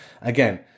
Again